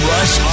Rush